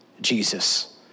Jesus